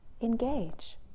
engage